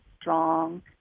strong